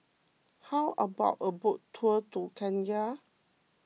how about a boat tour to Kenya